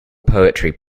poetry